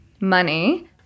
money